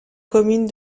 commune